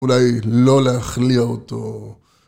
אולי לא להחליט אותו.